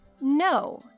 No